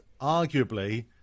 arguably